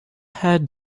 had